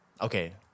okay